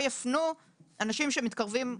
מודעות והמסכים מיידעים על זכויות שיקום.